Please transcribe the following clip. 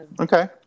Okay